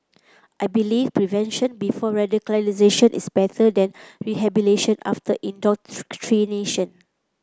I believe prevention before radicalisation is better than rehabilitation after indoctrination